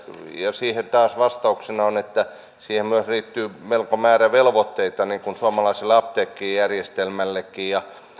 siihen taas vastauksena on että siihen myös liittyy melko määrä velvoitteita niin kuin suomalaiselle apteekkijärjestelmällekin